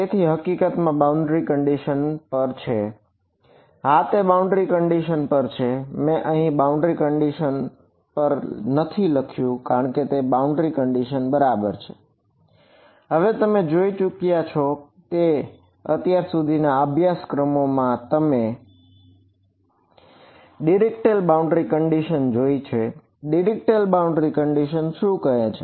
તેથી હકીકતમાં આ બાઉન્ડ્રી કન્ડિશન શું છે